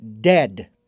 dead